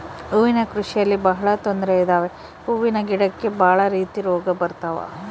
ಹೂವಿನ ಕೃಷಿಯಲ್ಲಿ ಬಹಳ ತೊಂದ್ರೆ ಇದಾವೆ ಹೂವಿನ ಗಿಡಕ್ಕೆ ಭಾಳ ರೀತಿ ರೋಗ ಬರತವ